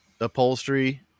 upholstery